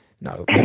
No